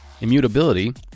immutability